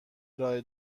ارائه